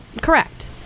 Correct